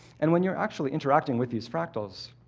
and when you're actually interacting with these fractals,